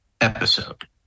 episode